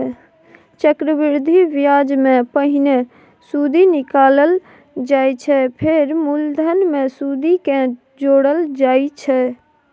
चक्रबृद्धि ब्याजमे पहिने सुदि निकालल जाइ छै फेर मुलधन मे सुदि केँ जोरल जाइ छै